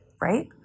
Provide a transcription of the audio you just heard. right